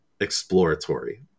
Exploratory